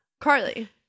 Carly